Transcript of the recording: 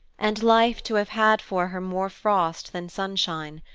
and life to have had for her more frost than sunshine.